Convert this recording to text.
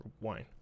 wine